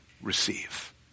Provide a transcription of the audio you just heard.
receive